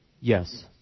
Yes